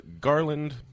Garland